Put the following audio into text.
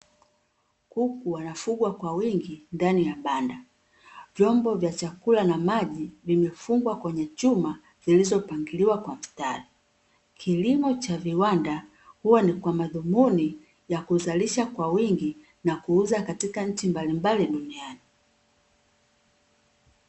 Kuku wanafugwa kwa wingi ndani ya banda, vyombo vya chakula na maji vimefungwa kwa vichuma vilivyopangiliwa kwa mstari, kilimo cha viwanda huwa ni kwa madhumuni ya kuzalisha kwa wingi na kuuza katika nchi mbalimbali duniani.